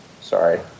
sorry